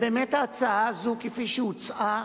באמת, ההצעה הזאת, כפי שהוצעה,